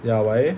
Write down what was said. ya why